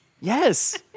Yes